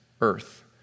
earth